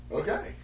okay